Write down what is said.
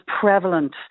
prevalent